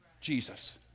Jesus